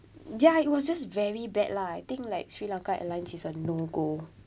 ya it was just very bad lah I think like sri lanka airlines is a no go